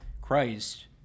christ